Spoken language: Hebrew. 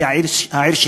שהיא העיר שלי.